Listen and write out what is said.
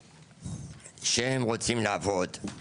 שהם רוצים לעבוד רק